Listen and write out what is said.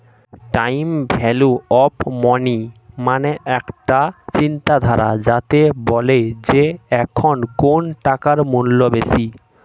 time value of money মানে একটা চিন্তাধারা যাতে বলে যে এখন কোন টাকার মূল্য বেশি